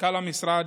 מנכ"ל המשרד,